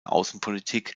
außenpolitik